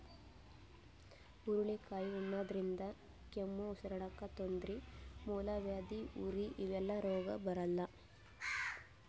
ಹುರಳಿಕಾಯಿ ಉಣಾದ್ರಿನ್ದ ಕೆಮ್ಮ್, ಉಸರಾಡಕ್ಕ್ ತೊಂದ್ರಿ, ಮೂಲವ್ಯಾಧಿ, ಉರಿ ಇವೆಲ್ಲ ರೋಗ್ ಬರಲ್ಲಾ